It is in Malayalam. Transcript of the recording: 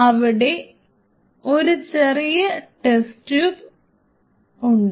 ഇവിടെ ഒരു ചെറിയ ടെസ്റ്റ്യൂബ് ഉണ്ട്